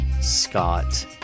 Scott